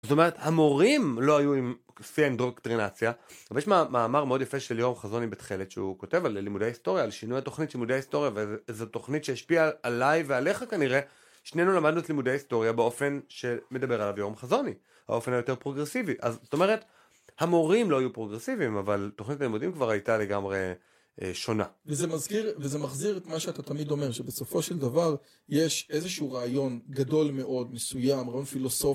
זאת אומרת המורים לא היו קטרינציה. אבל ישנו מה מאמר מאוד יפה, של יורם חזון בתכלת שהוא כותב ללימודי היסטוריה, שינוי תוכנית לימודי היסטוריה, איזה תוכנית שהשפיעה עליי ועליך כנראה. שנינו למדנו את לימודי ההיסטוריה, באופן שמדבר עליו יורם חזון באופן היותר פרוגרסיבי, אז זאת אומרת המורים לא פרוגרסיביים, אבל תוכנית לימודים כבר הייתה לגמרי שונה. זה מזכיר זה מחזיר את מה שאתה תמיד אומר, בסופו של דבר יש איזה שהוא רעיון גדול מאוד מסויים פלוסופי